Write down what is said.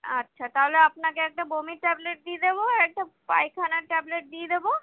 আচ্ছা তাহলে আপনাকে একটা বমির ট্যাবলেট দিয়ে দেবো একটা পায়খানার ট্যাবলেট দিয়ে দেবো